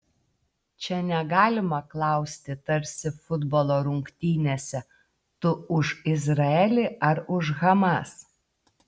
čia negalima klausti tarsi futbolo rungtynėse tu už izraelį ar už hamas